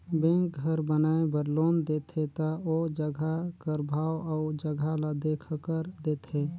bank घर बनाए बर लोन देथे ता ओ जगहा कर भाव अउ जगहा ल देखकर देथे